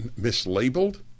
mislabeled